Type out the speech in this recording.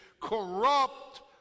corrupt